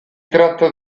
tratta